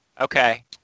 Okay